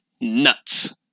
nuts